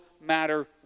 matter